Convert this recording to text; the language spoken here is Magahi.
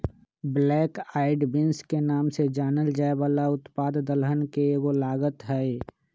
ब्लैक आईड बींस के नाम से जानल जाये वाला उत्पाद दलहन के एगो लागत हई